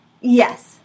Yes